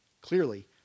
Clearly